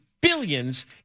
billions